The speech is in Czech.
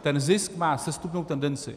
Ten zisk má sestupnou tendenci.